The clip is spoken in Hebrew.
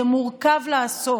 זה מורכב לעשות,